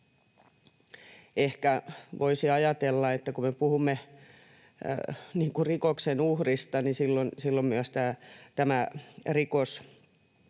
ehkä voisi ajatella, että kun me puhumme rikoksen uhrista, niin silloin myös rikoksen